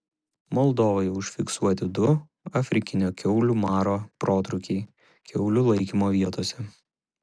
moldovoje užfiksuoti du afrikinio kiaulių maro protrūkiai kiaulių laikymo vietose